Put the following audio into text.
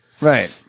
Right